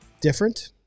different